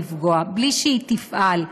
בלי שהיא תפעל,